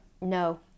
No